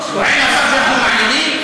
אנחנו מעלילים?